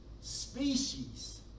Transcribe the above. species